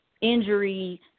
injury